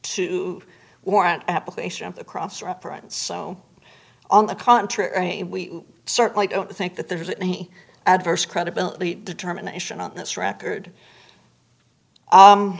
the cross reference so on the contrary we certainly don't think that there's any adverse credibility determination on this record